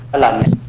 eleven